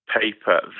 paper